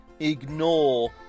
ignore